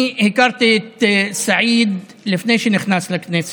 אני הכרתי את סעיד לפני שנכנס לכנסת,